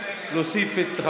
אחד, אין נמנעים.